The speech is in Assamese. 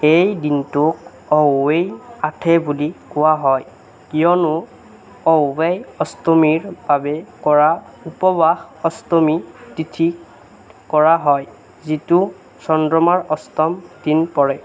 এই দিনটোক অহোই আথে বুলি কোৱা হয় কিয়নো অহোই অষ্টমীৰ বাবে কৰা উপবাস অষ্টমী তিথিত কৰা হয় যিটো চন্দ্ৰমাৰ অষ্টম দিন পৰে